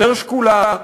יותר שקולה,